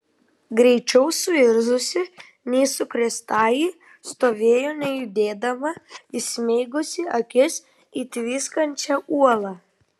greičiau suirzusi nei sukrėstąjį stovėjo nejudėdama įsmeigusi akis į tviskančią uolą